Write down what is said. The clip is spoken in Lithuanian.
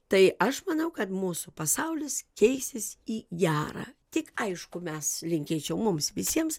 tai aš manau kad mūsų pasaulis keisis į gerą tik aišku mes linkėčiau mums visiems